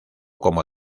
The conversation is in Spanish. como